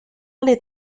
les